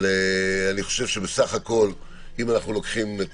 אני חושב שבסך הכל אם אנחנו לוקחים את